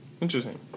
Interesting